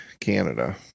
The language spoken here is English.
Canada